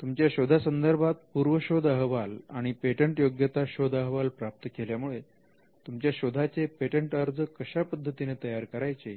तुमच्या शोधा संदर्भात पूर्व शोध अहवाल आणि पेटंटयोग्यता शोध अहवाल प्राप्त केल्यामुळे तुमच्या शोधाचे पेटंट अर्ज कशा पद्धतीने तयार करायचे